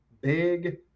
big